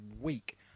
week